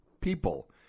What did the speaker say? people